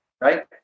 right